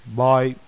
bye